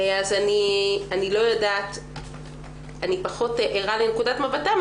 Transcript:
אז אני פחות ערה לנקודת מבטם.